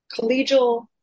collegial